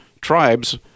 tribes